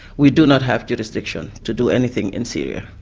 we do not have jurisdiction to do anything in syria,